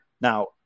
Now